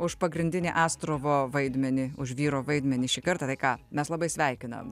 už pagrindinį astrovo vaidmenį už vyro vaidmenį šį kartą tai ką mes labai sveikinam